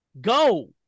Go